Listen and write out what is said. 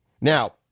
Now